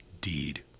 deed